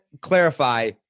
clarify